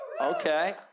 Okay